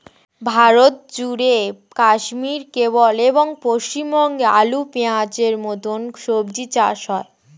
ভারতজুড়ে কাশ্মীর, কেরল এবং পশ্চিমবঙ্গে আলু, পেঁয়াজের মতো সবজি চাষ হয়